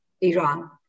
Iran